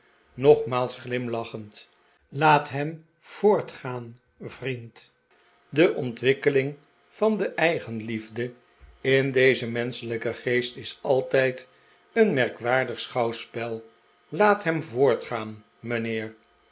nogmaals glimlachend laat hem voortgaan vriend de ontwikkeling van de eigenliefde in den menschelijken geest is altijd een merkwaardig schouwspel laat hem voortgaan mijnheer